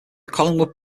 collingwood